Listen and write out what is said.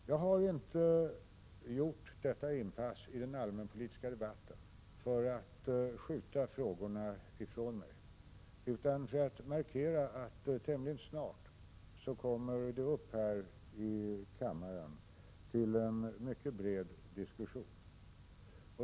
Jag har inte gjort detta inpass i den allmänpolitiska debatten för att skjuta frågorna ifrån mig utan för att markera att tämligen snart kommer de upp här i kammaren till en mycket bred diskussion.